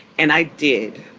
and i did.